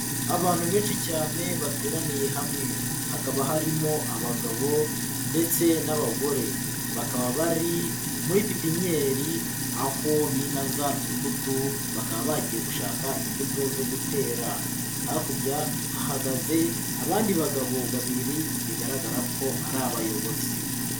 Abantu benshi cyane bateraniye hamwe, hakaba harimo abagabo ndetse n'abagore, bakaba bari muri pipinyeri aho binaza imbuto, bakaba bagiye gushaka imbuto zo gutera, hakurya hahagaze abandi bagabo babiri, bigaragara ko ari abayobozi.